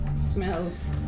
Smells